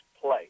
play